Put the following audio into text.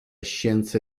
scienze